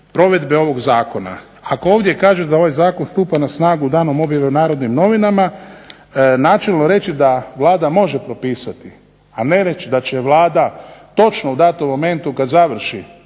provedbe ovog zakona". Ako ovdje kaže da ovaj zakon stupa na snagu danom objave u Narodnim novinama načelno reći da Vlada može propisati, a ne reći da će Vlada točno u datom momentu kada završi